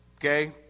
Okay